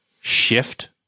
shift